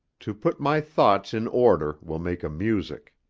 to put my thoughts in order will make a music.